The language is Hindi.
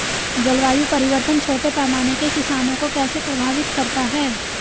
जलवायु परिवर्तन छोटे पैमाने के किसानों को कैसे प्रभावित करता है?